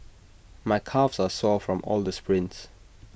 my calves are sore from all the sprints